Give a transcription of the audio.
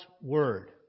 Word